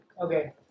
Okay